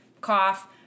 cough